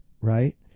right